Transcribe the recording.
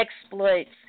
exploits